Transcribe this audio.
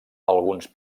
alguns